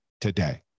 today